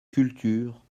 culture